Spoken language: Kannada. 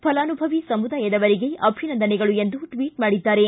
ಫಲಾನುಭವಿ ಸಮುದಾಯದವರಿಗೆ ಅಭಿನಂದನೆಗಳು ಎಂದು ಟ್ವಿಟ್ ಮಾಡಿದ್ದಾರೆ